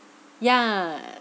yeah